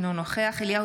אינו נוכח אליהו